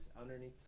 underneath